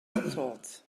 thought